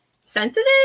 sensitive